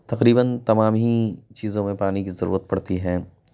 تقریباً تمام ہی چیزوں میں پانی کی ضرورت پڑتی ہے